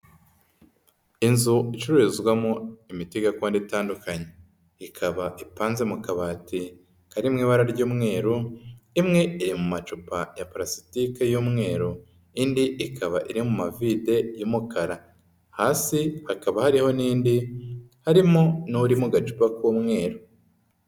Inzu icururizwamo imiti gakondo itandukanye, ikaba ipanze mu kabati kari mu ibara ry'umweru, imwe iri mu macupa ya palasitike y'umweru indi ikaba iri mu mavide y'umukara, hasi hakaba hariho n'indi harimo n'uri mu gacupa k'umweru.